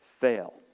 fail